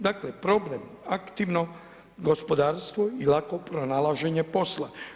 Dakle, problem aktivno gospodarstvo i lako pronalaženje posla.